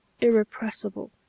irrepressible